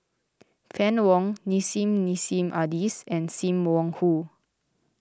Fann Wong Nissim Nassim Adis and Sim Wong Hoo